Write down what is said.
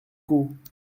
coup